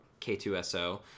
K2SO